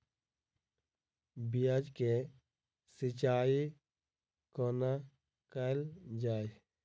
प्याज केँ सिचाई कोना कैल जाए?